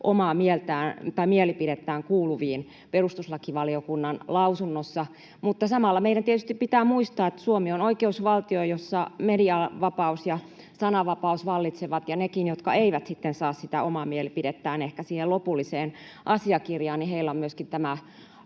omaa mielipidettään kuuluviin perustuslakivaliokunnan lausunnossa. Samalla meidän tietysti pitää muistaa, että Suomi on oikeusvaltio, jossa medianvapaus ja sananvapaus vallitsevat, ja heilläkin, jotka eivät sitten saa sitä omaa mielipidettään siihen lopulliseen asiakirjaan, on myöskin